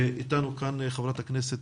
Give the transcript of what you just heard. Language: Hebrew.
איתנו כאן חברת הכנסת,